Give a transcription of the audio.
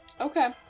Okay